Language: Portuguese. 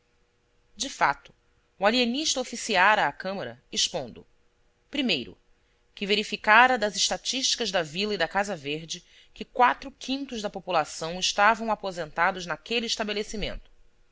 de fato o alienista oficiara à câmara expondo que verificara das estatísticas da vila e da casa verde que quatro quintos da população estavam aposentados naquele estabelecimento